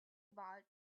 about